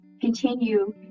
continue